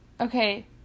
Okay